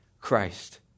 Christ